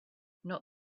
not